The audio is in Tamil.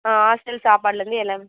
ஆ ஹாஸ்டல் சாப்பாடுலேந்து எல்லா